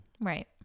right